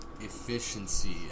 Efficiency